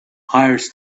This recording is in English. hires